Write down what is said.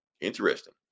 Interesting